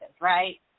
right